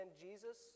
Jesus